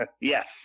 yes